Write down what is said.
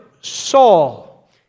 Saul